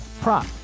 prop